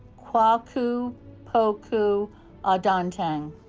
kwaku poku adonteng